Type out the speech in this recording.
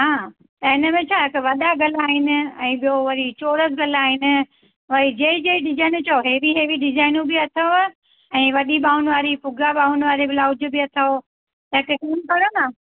हा त इनमें छा आहे त वॾा गला आहिनि ऐं ॿियो वरी चोरस गला आहिनि वरी जंहिं जंहिं डिज़ाइनूं चओ हेवी हेवी डिज़ाइनूं बि अथव ऐं वॾी ॿांहुनि वारी फुॻा ॿांहुनि वारी बि अथव ब्लाउज़ त हिकु कमु कयो न